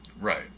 Right